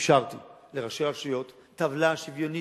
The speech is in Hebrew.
אפשרתי לראשי רשויות טבלה שוויונית,